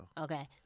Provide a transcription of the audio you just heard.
Okay